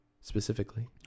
specifically